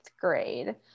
grade